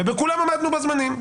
ובכולם עמדנו בזמנים.